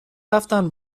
رفتن